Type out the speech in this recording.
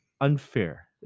unfair